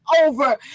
over